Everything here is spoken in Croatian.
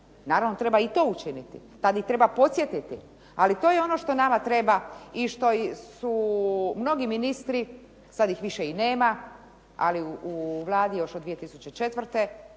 Naravno, treba i to učiniti. Tad ih treba podsjetiti ali to je ono što nama treba i što su mnogi ministri, sad ih više i nema ali u Vladi još od 2004.